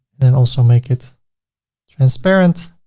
then also make it transparent.